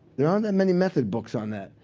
there aren't that many method books on that.